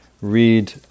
read